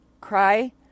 cry